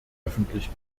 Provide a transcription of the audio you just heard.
öffentlich